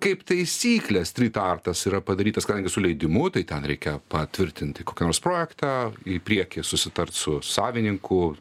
kaip taisyklė strytartas yra padarytas kadangi su leidimu tai ten reikia patvirtinti kokį nors projektą į priekį susitart su savininku